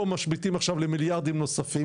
או משביתים עכשיו למיליארדים נוספים,